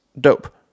dope